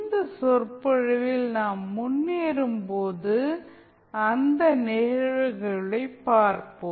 இந்த சொற்பொழிவில் நாம் முன்னேறும்போது அந்த நிகழ்வுகளைப் பார்ப்போம்